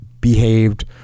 behaved